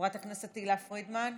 חברת הכנסת תהלה פרידמן,